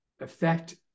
affect